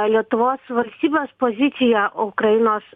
lietuvos valstybės poziciją ukrainos